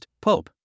Pope